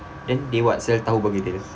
then they what sell tahu bergedil